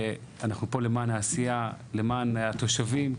שאנחנו פה למען העשייה, למען התושבים.